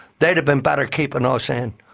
they'd have been better keeping ah us and